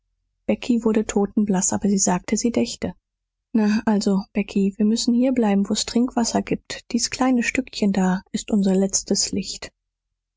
becky wurde totenblaß aber sie sagte sie dächte na also becky wir müssen hier bleiben wo's trinkwasser gibt dies kleine stückchen da ist unser letztes licht